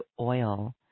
oil